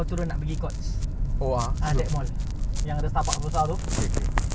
too tight tapi aku ternampak dia keluarkan ten point five eh ten ke ten point five